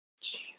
Jesus